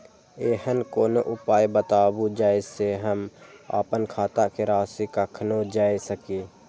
ऐहन कोनो उपाय बताबु जै से हम आपन खाता के राशी कखनो जै सकी?